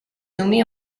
nommée